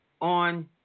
on